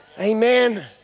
Amen